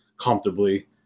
comfortably